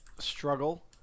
struggle